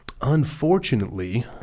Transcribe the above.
Unfortunately